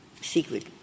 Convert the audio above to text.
secret